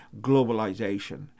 globalization